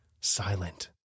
silent